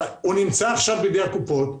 נמצא עכשיו בידי הקופות,